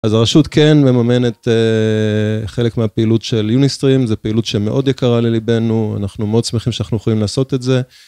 אז הרשות כן מממנת חלק מהפעילות של Unistream, זו פעילות שמאוד יקרה ללבנו, אנחנו מאוד שמחים שאנחנו יכולים לעשות את זה.